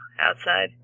outside